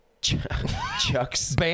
Chuck's